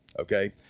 Okay